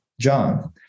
John